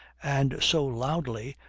and so loudly,